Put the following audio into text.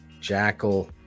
Jackal